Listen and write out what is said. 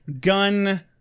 Gun